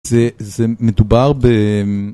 זה מדובר ב...